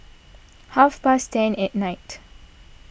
half past ten at night